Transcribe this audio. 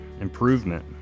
improvement